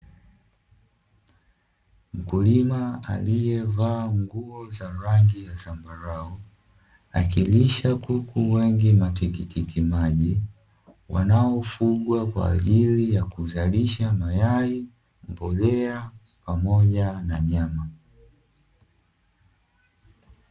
Mkulima aliyevaa nguo za rangi ya zambarau akilisha kuku wengi matikiti maji wanaofugwa kwa ajili ya kuzalisha mayai, mbolea pamoja na nyama.